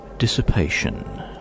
dissipation